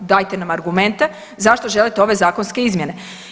Dajte nam argumente zašto želite ove zakonske izmjene.